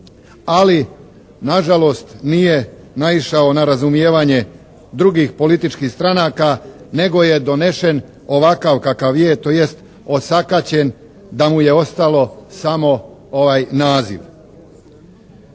ali nažalost nije naišao na razumijevanje drugih političkih stranaka nego je donesen ovakav kakav je, tj. osakaćen da mu je ostalo samo naziv.